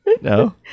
No